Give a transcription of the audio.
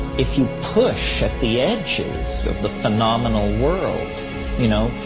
if you push at the edges of the phenomenal world you know,